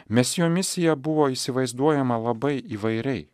nes jo misija buvo įsivaizduojama labai įvairiai